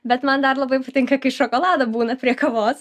bet man dar labai patinka kai šokolado būna prie kavos